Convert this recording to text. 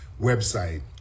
website